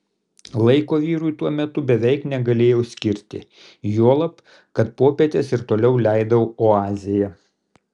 laiko vyrui tuo metu beveik negalėjau skirti juolab kad popietes ir toliau leidau oazėje